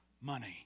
money